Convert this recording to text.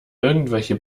irgendwelche